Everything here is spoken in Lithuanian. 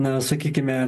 na sakykime